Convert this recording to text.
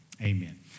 Amen